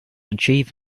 achieve